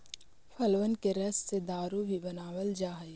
फलबन के रस से दारू भी बनाबल जा हई